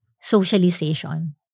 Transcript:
socialization